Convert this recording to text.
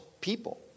people